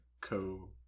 co-